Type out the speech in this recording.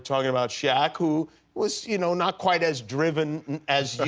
talking about shaq who was, you know, not quite as driven as,